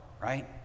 right